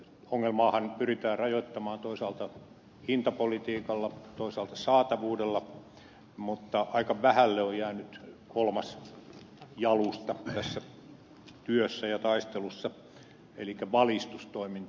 ongelmaahan pyritään rajoittamaan toisaalta hintapolitiikalla toisaalta saatavuudella mutta aika vähälle on jäänyt kolmas jalusta tässä työssä ja taistelussa elikkä valistustoiminta